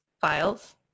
files